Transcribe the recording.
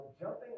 jumping